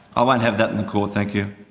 i won't have that in the court, thank you.